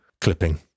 clipping